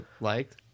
liked